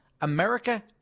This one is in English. America